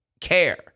care